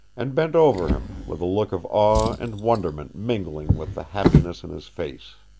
and bent over him, with a look of awe and wonderment mingling with the happiness in his face.